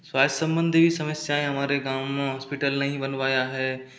स्वास्थ्य संबंधी समस्याएं हमारे गांव में हॉस्पिटल नहीं बनवाया है